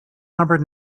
number